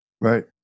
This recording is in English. Right